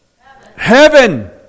Heaven